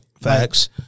Facts